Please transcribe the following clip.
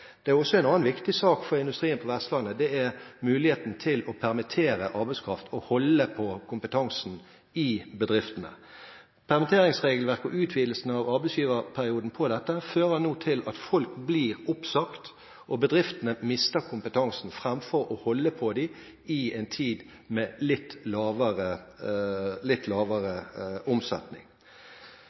Det er også en annen viktig sak for industrien på Vestlandet. Det gjelder muligheten til å permittere arbeidskraft og holde på kompetansen i bedriftene. Permitteringsregelverket og utvidelsen av arbeidsgiverperioden her fører nå til at folk blir oppsagt, og bedriftene mister kompetansen framfor å holde på den i en tid med litt lavere